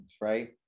Right